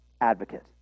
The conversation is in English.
advocate